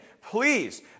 please